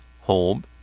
home